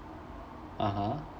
(uh huh)